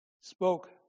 Spoke